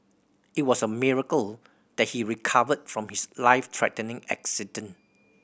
it was a miracle that he recovered from his life threatening accident